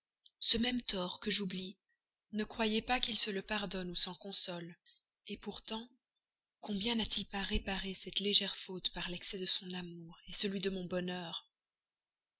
ce même tort que j'oublie ne croyez pas qu'il se le pardonne ou s'en console pourtant combien n'a-t-il pas réparé cette légère faute par l'excès de son amour celui de mon bonheur